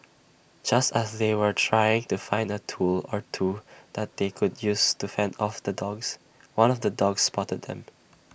just as they were trying to find A tool or two that they could use to fend off the dogs one of the dogs spotted them